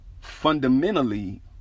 fundamentally